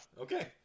Okay